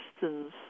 distance